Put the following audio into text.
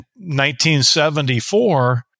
1974